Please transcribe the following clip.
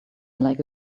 like